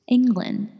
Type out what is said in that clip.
England